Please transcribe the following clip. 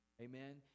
Amen